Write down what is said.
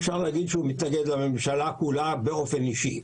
אפשר לומר שהוא מתנגד לממשלה כולה באופן אישי.